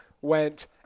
went